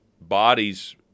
bodies